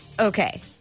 Okay